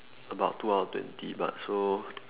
about two hour twenty but so